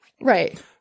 right